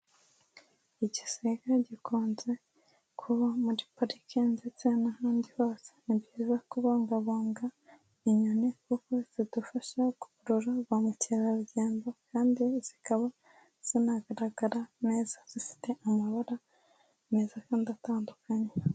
Igisiga gikunze kuba muri pariki ndetse n'ahandi hose. Ni byiza kubungabunga inyoni, kuko zidufasha gukurura ba mukerarugendo, kandi zikaba zinagaragara neza. Zifite amabara meza kandi atandukanye.